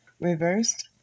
reversed